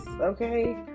Okay